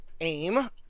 AIM